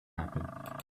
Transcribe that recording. happen